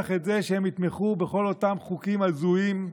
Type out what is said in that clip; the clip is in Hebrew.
את זה שהם יתמכו בכל אותם חוקים הזויים,